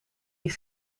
die